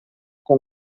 com